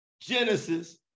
Genesis